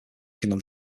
working